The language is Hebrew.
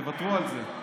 תוותרו על זה.